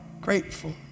grateful